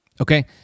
okay